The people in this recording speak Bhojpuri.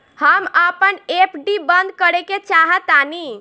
हम अपन एफ.डी बंद करेके चाहातानी